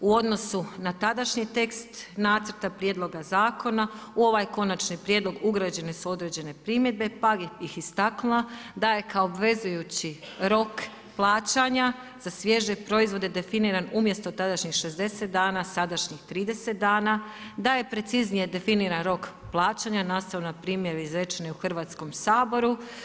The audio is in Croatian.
U odnosu na tadašnji tekst nacrta prijedloga zakona u ovaj konačni prijedlog ugrađene su određene su određene primjedbe pa bi istaknula da je kao obvezujući rok plaćanja za svježe proizvode definiran umjesto tadašnjih 60 dana, sadašnjih 30 dana, da je preciznije definiran rok plaćanja nastao na primjeni izrečene u Hrvatskom saboru.